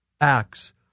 Acts